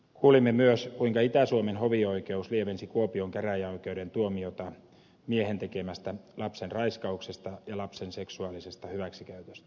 kuulimme myös kuinka itä suomen hovioikeus lievensi kuopion käräjäoikeuden tuomiota miehen tekemästä lapsen raiskauksesta ja lapsen seksuaalisesta hyväksikäytöstä